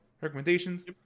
recommendations